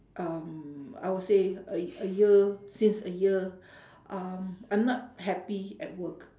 um I will say a y~ a year since a year um I'm not happy at work